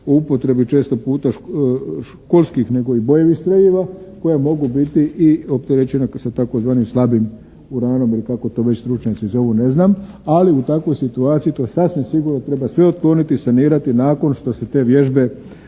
upotrebi često puta školskih nego i bojnih streljiva koja mogu biti i opterećena sa tzv. slabim uranom ili kako to već stručnjaci zove, ne znam. Ali u takvoj situaciji to je sasvim sigurno treba sve otkloniti i sanirati nakon što se te vježbe